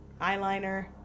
eyeliner